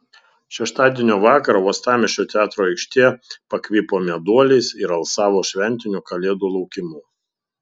šeštadienio vakarą uostamiesčio teatro aikštė pakvipo meduoliais ir alsavo šventiniu kalėdų laukimu